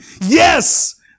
yes